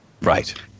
Right